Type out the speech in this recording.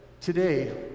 today